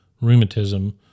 rheumatism